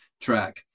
track